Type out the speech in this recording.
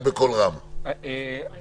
אני